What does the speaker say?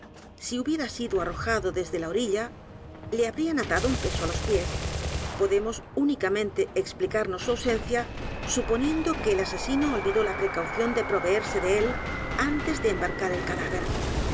si hubiera sido arrojado desde la orilla le habrían atado un peso á l o s pies podemos únicamente explicarnos su ausencia suponiendo que el asesino olvidó la precaución de proveerse de él antes de embarcar el cadáver